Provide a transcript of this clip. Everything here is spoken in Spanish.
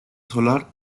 solar